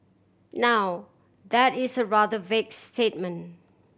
now that is a rather vague statement